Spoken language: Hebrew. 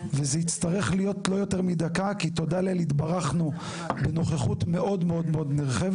וזה יצטרך להיות לא יותר מדקה כי תודה לאל התברכנו בנוכחות מאוד נרחבת.